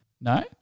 No